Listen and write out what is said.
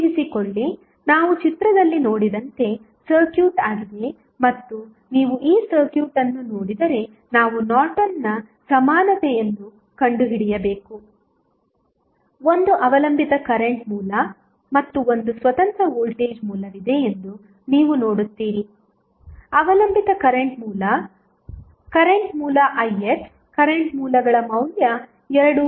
ಊಹಿಸಿಕೊಳ್ಳಿ ನಾವು ಚಿತ್ರದಲ್ಲಿ ನೋಡಿದಂತೆ ಸರ್ಕ್ಯೂಟ್ ಆಗಿದೆ ಮತ್ತು ನೀವು ಈ ಸರ್ಕ್ಯೂಟ್ ಅನ್ನು ನೋಡಿದರೆ ನಾವು ನಾರ್ಟನ್ನ ಸಮಾನತೆಯನ್ನು ಕಂಡುಹಿಡಿಯಬೇಕು ಒಂದು ಅವಲಂಬಿತ ಕರೆಂಟ್ ಮೂಲ ಮತ್ತು ಒಂದು ಸ್ವತಂತ್ರ ವೋಲ್ಟೇಜ್ ಮೂಲವಿದೆ ಎಂದು ನೀವು ನೋಡುತ್ತೀರಿ ಅವಲಂಬಿತ ಕರೆಂಟ್ ಮೂಲ ಕರೆಂಟ್ ಮೂಲ ix ಕರೆಂಟ್ ಮೂಲಗಳ ಮೌಲ್ಯ 2ix